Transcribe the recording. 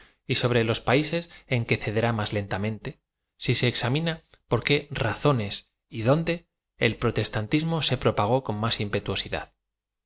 y sobre loa paises en que cederá más lentamente si se exam ina por qué razones y dónde el proteatantiamo ae propagó con más